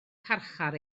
carchar